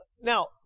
now